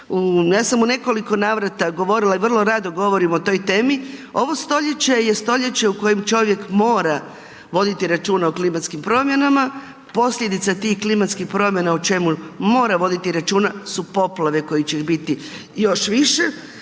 Ja sam u nekoliko navrata govorila i vrlo rado govorim o toj temi. Ovo stoljeće je stoljeće u kojem čovjek mora voditi računa o klimatskim promjenama, posljedice tih klimatskih promjena o čemu mora voditi računa su poplave kojih će ih biti još više.